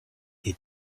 est